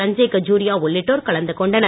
சஞ்சய் கஜுரியா உள்ளிட்டோர் கலந்து கொண்டனர்